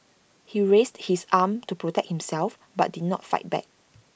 he raised his arm to protect himself but did not fight back